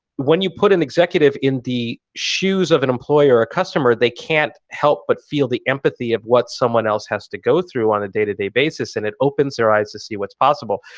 when you put an executive in the shoes of an employee or a customer, they can't help but feel the empathy of what someone else has to go through on a day-to-day basis. and it opens their eyes to see what's possible.